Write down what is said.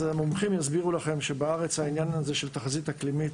המומחים יסבירו לכם שבארץ העניין הזה של תחזית אקלימית